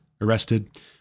arrested